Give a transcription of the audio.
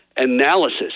analysis